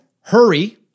hurry